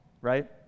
right